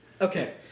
Okay